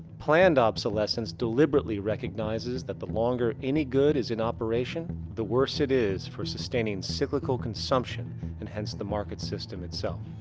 planned obsolescence deliberately recognizes that the longer any good is in operation the worse it is for sustaining cyclical consumption and hence the market system itself.